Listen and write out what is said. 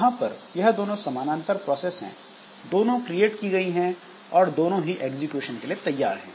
यहां पर यह दोनों समानांतर प्रोसेस हैं दोनों क्रिएट की गई हैं और दोनों ही एग्जीक्यूशन के लिए तैयार हैं